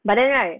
but then right